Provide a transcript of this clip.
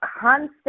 concept